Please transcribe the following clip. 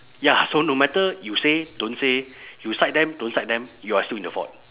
ya so no matter you say don't say you side them don't side them you are still in the fault